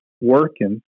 working